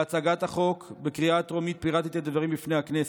בהצגת החוק בקריאה הטרומית פירטתי את הדברים בפני הכנסת.